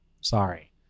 Sorry